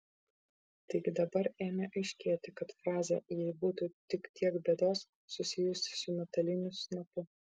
taigi dabar ėmė aiškėti kad frazė jei būtų tik tiek bėdos susijusi su metaliniu snapu